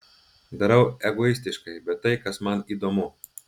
darau egoistiškai bet tai kas man įdomu